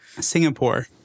Singapore